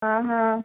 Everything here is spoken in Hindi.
हाँ हाँ